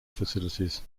facilities